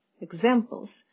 examples